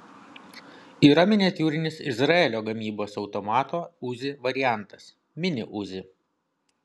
yra miniatiūrinis izraelio gamybos automato uzi variantas mini uzi